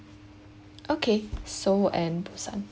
okay seoul and busan